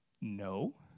No